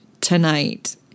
tonight